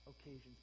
occasions